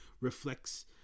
reflects